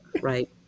right